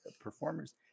performers